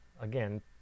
again